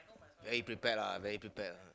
very prepared lah very prepared